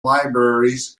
libraries